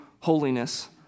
holiness